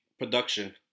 production